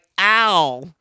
ow